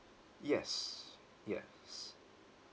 yes yes